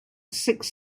six